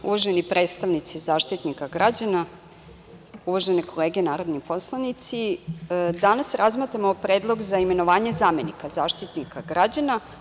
Uvaženi predstavnici Zaštitnika građana, uvažene kolege narodni poslanici, danas razmatramo predlog za imenovanje zamenika Zaštitnika građana.